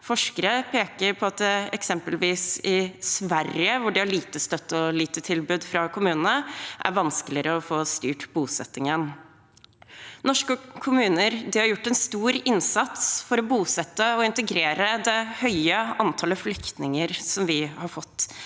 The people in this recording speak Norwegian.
Forskere peker på at eksempelvis i Sverige, hvor det er lite støtte og lite tilbud fra kommunene, er det vanskeligere å få styrt bosettingen. Norske kommuner har gjort en stor innsats for å bosette og integrere det høye antallet flyktninger som vi har fått.